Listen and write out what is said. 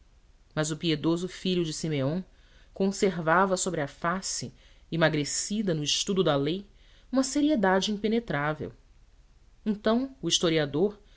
mas o piedoso filho de simeão conservava sobre a face emagrecida no estudo da lei uma seriedade impenetrável então o historiador